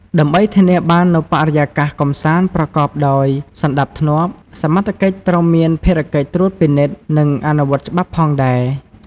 ដើម្បីធានាបាននូវបរិយាកាសកម្សាន្តប្រកបដោយសណ្តាប់ធ្នាប់ សមត្ថកិច្ចត្រូវមានភារកិច្ចត្រួតពិនិត្យ និងអនុវត្តច្បាប់ផងដែរ។